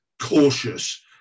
cautious